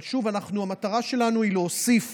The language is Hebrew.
אבל שוב, המטרה שלנו היא להוסיף